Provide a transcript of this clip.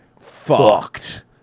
fucked